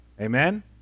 Amen